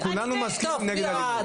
כולנו מסכימים שיש לפעול נגד אלימות.